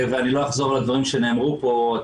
ואני לא אחזור על הדברים שנאמרו פה,